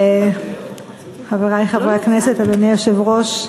אדוני היושב-ראש,